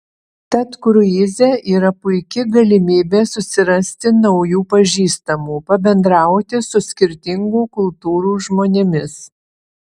tad kruize yra puiki galimybė susirasti naujų pažįstamų pabendrauti su skirtingų kultūrų žmonėmis